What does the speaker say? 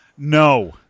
No